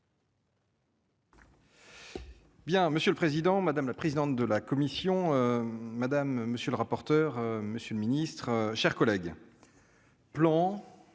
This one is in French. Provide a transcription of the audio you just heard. Bien, monsieur le président, madame la présidente de la commission, madame, monsieur le rapporteur, monsieur le ministre, chers collègues, plan